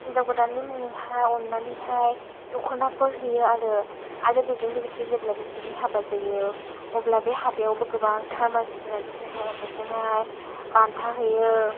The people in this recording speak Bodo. हिन्जाव गोदाननि मुङैहाय अन्नानैहाय दख'नाफोर हैयो आरो आरो बेजों लोगोसे जेब्ला बिसोरनि हाबा जायो अब्ला बे हाबायावबो गोबांथार मानसिफ्रा बिसोरनो अन्नायजोंहाय बान्था हैयो